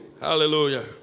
Hallelujah